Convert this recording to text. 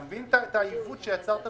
אתה מבין את העיוות שיצרת פה?